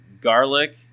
garlic